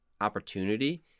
opportunity